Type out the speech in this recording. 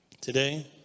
Today